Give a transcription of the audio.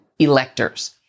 electors